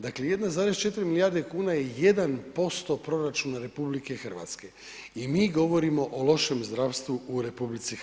Dakle 1,4 milijarde kuna je 1% proračuna RH i mi govorimo o lošem zdravstvu u RH.